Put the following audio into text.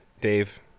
Dave